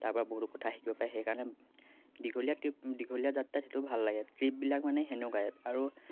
তাৰপৰা বহুত কথা শিকিব পাৰে সেইকাৰণে দীঘলীয়া ট্ৰিপ দীঘলীয়া যাত্ৰাত সেইটো ভাল লাগে ট্ৰিপবিলাক মানে সেনেকুৱায় আৰু